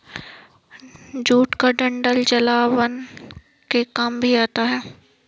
jute का डंठल जलावन के काम भी आता है